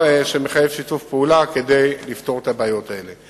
שמחייב שיתוף פעולה כדי לפתור את הבעיות האלה.